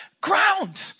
ground